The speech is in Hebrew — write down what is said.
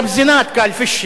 להלן תרגומם לעברית: כן,